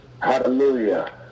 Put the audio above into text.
Hallelujah